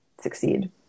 succeed